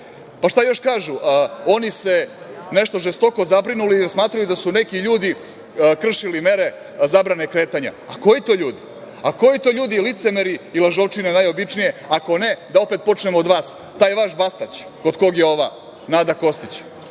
poruka. Šta još kažu? Oni se nešto žestoko zabrinuli jer smatraju da su neki ljudi kršili mere zabrane kretanja, a koji to ljudi? Koji to ljudi, licemeri i lažovčine najobičnije? Ako ne, da opet počnemo od vas. Taj vaš Bastać, kod kog je ova Nada Kostić,